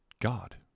god